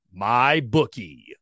MyBookie